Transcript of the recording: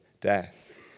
death